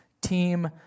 team